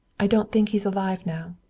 i don't think he is alive now.